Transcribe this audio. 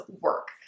work